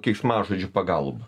keiksmažodžių pagalba